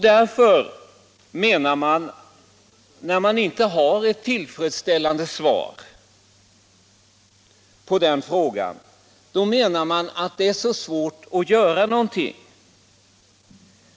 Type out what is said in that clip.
Man menar att när vi inte har något tillfredsställande svar på de här frågorna, så är det svårt att göra någonting.